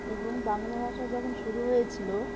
এবং বাংলা ভাষা যখন শুরু হয়েছিল